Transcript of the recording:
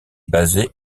basé